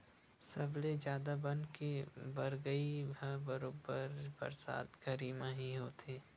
सबले जादा बन के बगरई ह बरोबर बरसात घरी म ही होथे